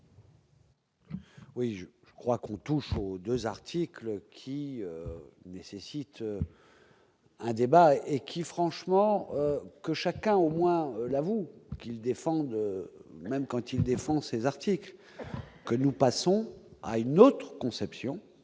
Oui, je crois qu'on touche aux 2 articles qui nécessite. Un débat et qui, franchement, que chacun au moins l'avouent qu'ils défendent, même quand il défend ses articles que nous passons à une autre conception,